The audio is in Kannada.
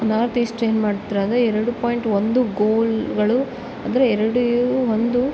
ನಾರ್ತ್ ಈಸ್ಟ್ ಏನು ಮಾಡಿಸ್ತಂದ್ರೆ ಎರಡು ಪಾಯಿಂಟ್ ಒಂದು ಗೋಲ್ಗಳು ಅಂದರೆ ಎರಡುವು ಒಂದು